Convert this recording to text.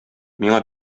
миңа